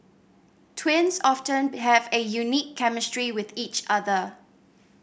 twins often have a unique chemistry with each other